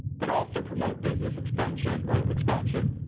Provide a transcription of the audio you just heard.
but also promote business expansion, expansion,